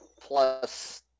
plus